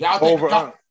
Over